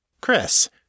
Chris